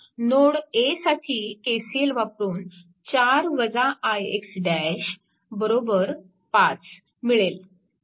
node A साठी KCL वापरून 4 ix 5 मिळेल